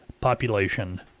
population